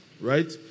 Right